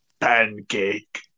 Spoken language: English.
Pancake